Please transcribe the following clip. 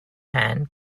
hand